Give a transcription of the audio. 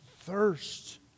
thirst